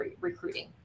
recruiting